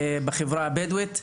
החברה הבדואית,